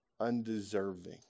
undeserving